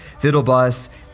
FiddleBus